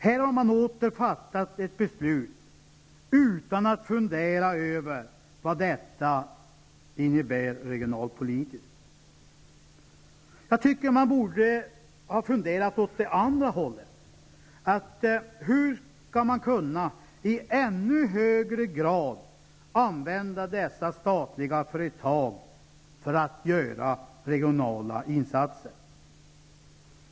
Här har man åter fattat ett beslut utan att fundera över vad det innebär regionalpolitiskt. Man borde ju ha funderat åt det andra hållet, nämligen hur man skulle kunna i ännu högre grad använda dessa statliga företag för att göra regionala insatser.